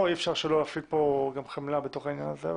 אי אפשר להפעיל פה גם חמלה בתוך העניין הזה.